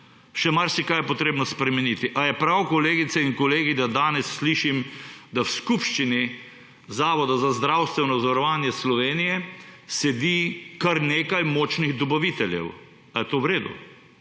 še marsikaj je treba spremeniti. Ali je prav, kolegice in kolegi, da danes slišim, da v skupščini Zavoda za zdravstveno zavarovanje Slovenije sedi kar nekaj močnih dobaviteljev? Ali je to v redu?